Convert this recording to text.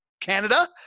canada